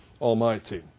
Almighty